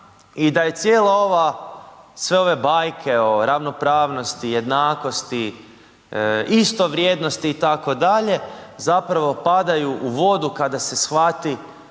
i da je cijela ova, sve ove bajke o ravnopravnosti, jednakosti, istovrijednosti, itd., zapravo padaju u vodu kada se shvati